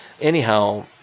anyhow